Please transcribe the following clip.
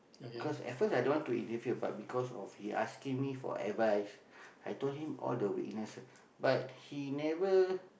because at first i don't want to interfere but because of he asking me for advice I told him all the weakness but he never